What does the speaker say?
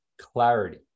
clarity